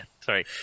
sorry